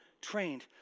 trained